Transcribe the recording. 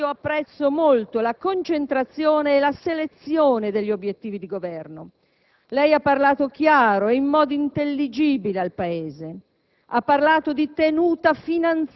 Del secondo punto, signor Presidente del Consiglio, apprezzo molto la concentrazione e la selezione degli obiettivi di Governo. Lei ha parlato in modo chiaro e intelligibile al Paese.